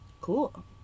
Cool